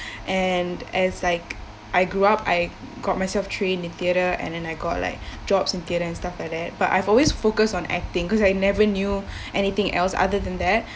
and as like I grew up I got myself trained in theatre and then I got like jobs and get and stuff like that but I've always focused on acting because I never knew anything else other than